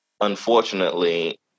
unfortunately